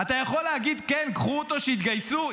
אתה יכול להגיד: כן, קחו אותו, שיתגייסו?